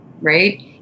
right